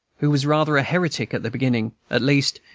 who was rather a heretic at the beginning at least,